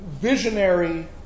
visionary